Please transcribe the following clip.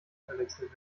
verwechselt